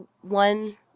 one